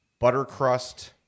buttercrust